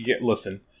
listen